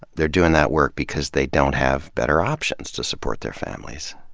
they're doing that work because they don't have better options to support their families.